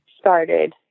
Started